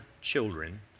children